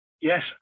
yes